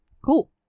cool